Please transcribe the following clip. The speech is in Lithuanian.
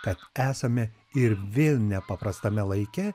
kad esame ir vėl nepaprastame laike